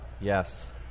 Yes